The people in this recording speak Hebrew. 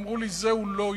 אמרו לי: זה הוא לא אישר.